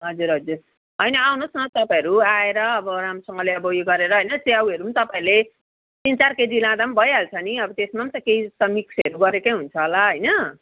हजुर हजुर होइन आउनुहोस् न तपाईँहरू आएर अब राम्रोसँगले अब उयो गरेर च्याउहरू पनि तपाईँहरूले तिन चार केजी लाँदा पनि भइहाल्छ नि अब त्यसमा पनि त केही मिक्सहरू गरेकै हुन्छ होला होइन